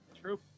True